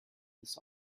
this